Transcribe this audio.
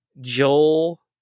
Joel